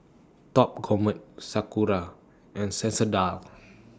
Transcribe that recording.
Top Gourmet Sakura and Sensodyne